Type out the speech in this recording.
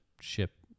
ship